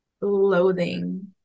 loathing